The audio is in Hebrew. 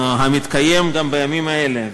המתקיים גם בימים האלה,